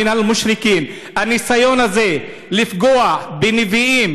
ולא היה במשתפים".) הניסיון הזה לפגוע בנביאים,